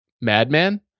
madman